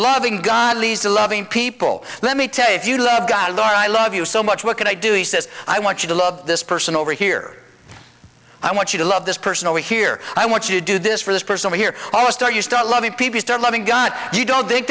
loving god leads to loving people let me tell you if you love god or i love you so much what can i do he says i want you to love this person over here i want you to love this person over here i want you to do this for this person here oh star you still love me people start loving god you don't think